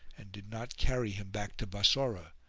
and did not carry him back to bassorah,